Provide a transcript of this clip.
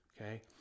Okay